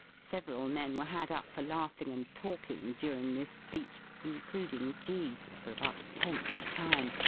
several men were had up for laughing and talking during this speech, including g for about the tenth time,